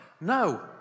No